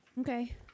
Okay